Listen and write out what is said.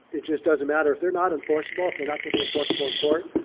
it just doesn't matter if they're not enforceable if they're not going to be enforceable in court.